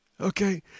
Okay